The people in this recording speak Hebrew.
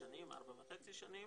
וחצי שנים,